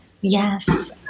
Yes